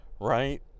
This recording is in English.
Right